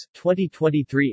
2023